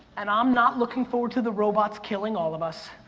and i'm not looking forward to the robots killing all of us.